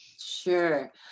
Sure